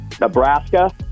Nebraska